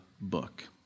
book